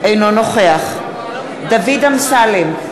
אינו נוכח דוד אמסלם,